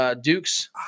Duke's